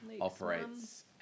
operates